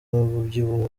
umubyibuho